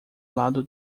lado